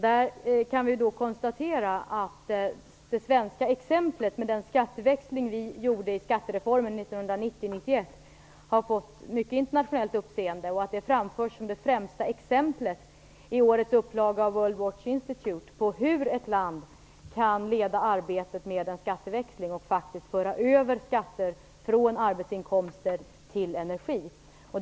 Där kan vi konstatera att det svenska exemplet, med den skatteväxling vi gjorde i samband med skattereformen 1990/91, har väckt mycket internationellt uppseende och framförs i år av World Watch Institute som det främsta exemplet på hur ett land kan leda arbetet med en skatteväxling och föra över skatter från arbetsinkomster till energi.